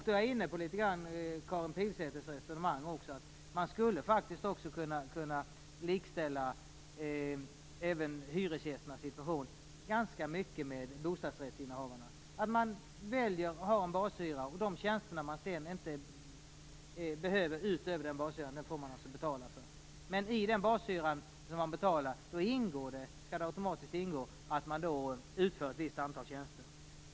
Då är jag litet grand inne på Karin Pilsäters resonemang om att man faktiskt också ganska mycket skulle kunna likställa hyresgästernas situation med bostadsrättsinnehavarnas. Man skulle kunna ha en bashyra och de tjänster man behöver utöver bashyran får man alltså betala för. Men i den bashyra som man betalar skall det automatiskt ingå att man utför ett visst antal tjänster.